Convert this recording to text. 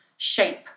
shape